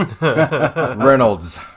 Reynolds